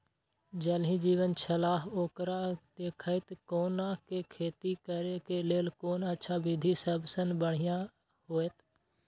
ज़ल ही जीवन छलाह ओकरा देखैत कोना के खेती करे के लेल कोन अच्छा विधि सबसँ अच्छा होयत?